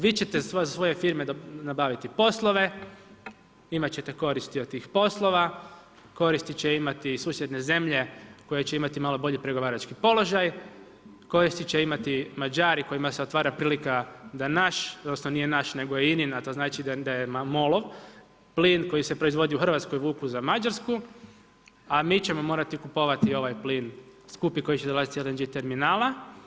Vi ćete svoje firme nabaviti poslove, imat ćete koristi od tih poslova, koristi će imati i susjedne zemlje koje će imati malo bolji pregovarački položaj, koristi će imati Mađari kojima se otvara prilika da naš, odnosno nije naš, nego je INA-in, a to znači da je MOL-ov, plin koji se proizvodi u Hrvatskoj vuku za Mađarsku, a mi ćemo morati kupovati ovaj plin skupi koji će dolaziti do LNG terminala.